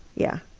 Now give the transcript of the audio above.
yeah,